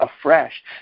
afresh